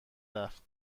رفت